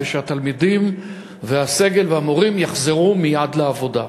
שהתלמידים והסגל והמורים יחזרו מייד לעבודה,